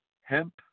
hemp